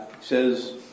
says